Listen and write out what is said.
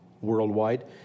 worldwide